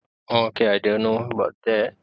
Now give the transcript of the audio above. okay I didn't know about that